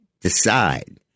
decide